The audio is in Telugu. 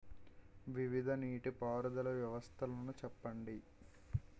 వివిధ నీటి పారుదల వ్యవస్థలను చెప్పండి?